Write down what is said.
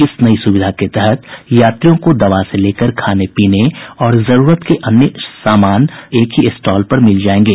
इस नई सुविधा के तहत यात्रियों को दवा से लेकर खाने पीने और जरूरत के अन्य सामान प्लेटफॉर्म स्थित एक ही स्टॉल पर मिल जाएंगे